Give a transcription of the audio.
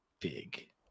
big